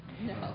No